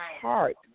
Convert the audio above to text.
heart